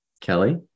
Kelly